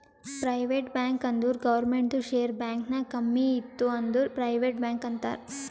private bank ಅಂದುರ್ ಗೌರ್ಮೆಂಟ್ದು share bank ನಾಗ್ ಕಮ್ಮಿ ಇತ್ತು ಅಂದುರ್ ಪ್ರೈವೇಟ್ ಬ್ಯಾಂಕ್ ಅಂತಾರ್